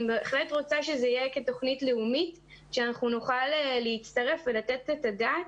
בהחלט רוצה שזה יהיה כתוכנית לאומית שנוכל להצטרף ולתת את הדעת.